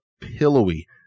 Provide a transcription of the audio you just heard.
pillowy